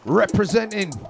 representing